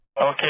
Okay